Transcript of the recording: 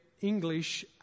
English